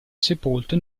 sepolto